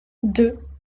deux